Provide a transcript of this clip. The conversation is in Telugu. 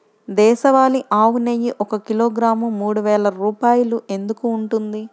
దేశవాళీ ఆవు నెయ్యి ఒక కిలోగ్రాము మూడు వేలు రూపాయలు ఎందుకు ఉంటుంది?